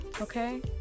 okay